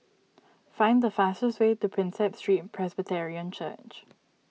find the fastest way to Prinsep Street Presbyterian Church